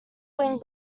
wing